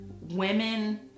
women